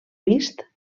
vist